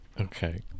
okay